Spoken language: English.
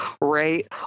Right